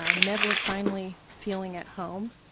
ah never finally feeling at home.